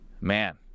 Man